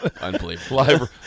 Unbelievable